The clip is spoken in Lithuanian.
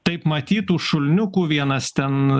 taip matyt tų šuliniukų vienas ten